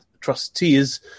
trustees